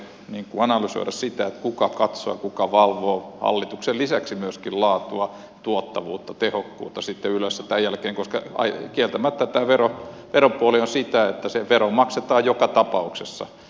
on hyvin tärkeää analysoida sitä kuka katsoo ja kuka valvoo hallituksen lisäksi myöskin laatua tuottavuutta tehokkuutta ylessä tämän jälkeen koska kieltämättä tämä veropuoli on sitä että se vero maksetaan joka tapauksessa